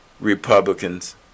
Republicans